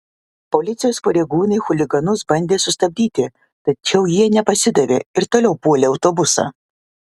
policijos pareigūnai chuliganus bandė sustabdyti tačiau jie nepasidavė ir toliau puolė autobusą